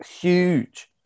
huge